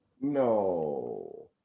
no